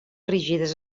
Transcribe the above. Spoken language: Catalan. rígides